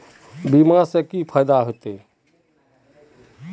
बीमा से की फायदा होते?